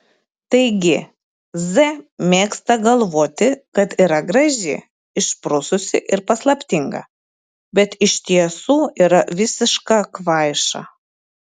taigi z mėgsta galvoti kad yra graži išprususi ir paslaptinga bet iš tiesų yra visiška kvaiša